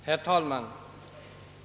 Herr talman!